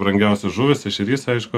brangiausios žuvys ešerys aišku